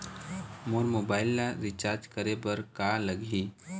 मोर mobile ला recharge करे बर का लगही?